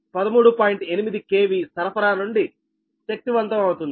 8 KV సరఫరా నుండి శక్తివంతం అవుతుంది